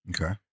Okay